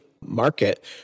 market